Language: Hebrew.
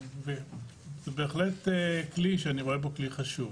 זה בהחלט כלי שאני רואה בו כלי חשוב.